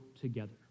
together